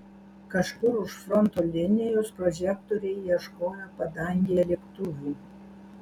kažkur už fronto linijos prožektoriai ieškojo padangėje lėktuvų